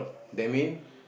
that mean